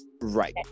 Right